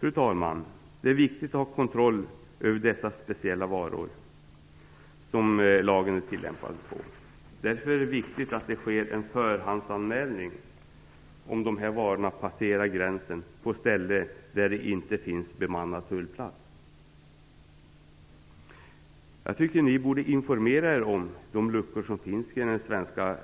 Fru talman! Det är viktigt att ha kontroll över de speciella varor som lagen tillämpas på. Därför är det viktigt att en förhandsanmälning sker när dessa varor passerar gränsen på ett ställe där det inte finns någon bemannad tullplats. Jag tycker att man borde informera sig om de luckor som finns i den svenska